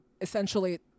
essentially